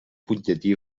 butlletí